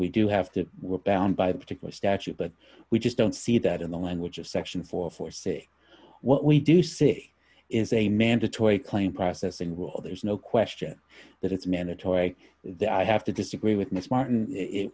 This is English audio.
we do have to we're bound by the particular statute but we just don't see that in the language of section four for say what we do see is a mandatory claim process and will there's no question that it's mandatory that i have to disagree with miss martin it